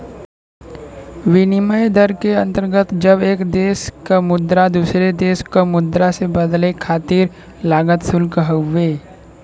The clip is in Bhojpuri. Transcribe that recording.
विनिमय दर के अंतर्गत जब एक देश क मुद्रा दूसरे देश क मुद्रा से बदले खातिर लागल शुल्क हउवे